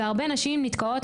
והרבה נשים נתקעות.